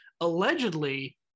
Allegedly